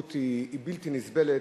הצפיפות היא בלתי נסבלת,